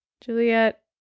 Juliet